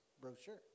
brochure